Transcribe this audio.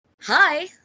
Hi